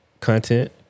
content